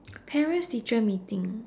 parents teacher meeting